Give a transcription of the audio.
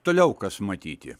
toliau kas matyti